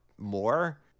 more